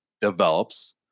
develops